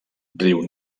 riu